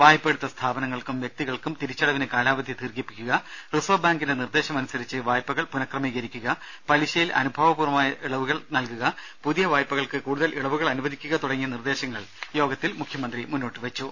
വായ്പയെടുത്ത സ്ഥാപനങ്ങൾക്കും വ്യക്തികൾക്കും തിരിച്ചടവിന് കാലാവധി ദീർഘിപ്പിക്കുക റിസർവ് ബാങ്കിന്റെ നിർദ്ദേശം അനുസരിച്ച് വായ്പകൾ പുനഃക്രമീകരിക്കുക പലിശയിൽ അനുഭാവപൂർവ്വമായ ഇളവുകൾ നൽകുക പുതിയ വായ്പകൾക്ക് കൂടുതൽ ഇളവുകൾ അനുവദിക്കുക തുടങ്ങിയ നിർദ്ദേശങ്ങൾ യോഗത്തിൽ മുഖ്യമന്ത്രി മുന്നോട്ടുവെച്ചു